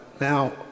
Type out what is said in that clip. now